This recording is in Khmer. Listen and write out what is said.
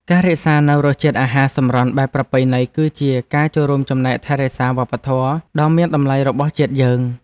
ការរក្សានូវរសជាតិអាហារសម្រន់បែបប្រពៃណីគឺជាការចូលរួមចំណែកថែរក្សាវប្បធម៌ដ៏មានតម្លៃរបស់ជាតិយើង។